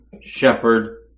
shepherd